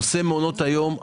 הנושא של מעונות היום,